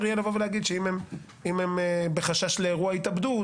יהיה לבוא ולהגיד שאם הם בחשש לאירוע התאבדות